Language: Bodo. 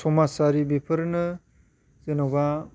समाजारि बेफोरनो जेन'बा